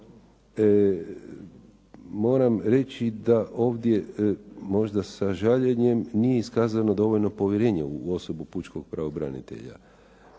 moram reći da ovdje možda sa žaljenjem nije iskazano dovoljno povjerenja u osobu pučkog pravobranitelja,